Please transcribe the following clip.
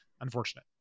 unfortunate